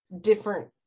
different